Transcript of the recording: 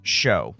show